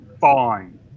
fine